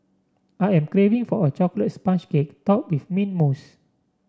I am craving for a chocolate sponge cake top with mint mousse